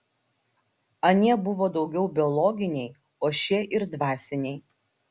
anie buvo daugiau biologiniai o šie ir dvasiniai